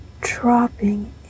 dropping